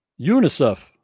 UNICEF